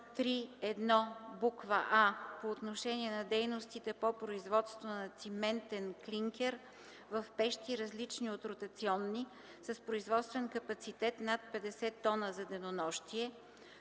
„а” – по отношение на дейностите по производство на циментен клинкер в пещи, различни от ротационни, с производствен капацитет над 50 тона за денонощие;